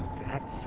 that's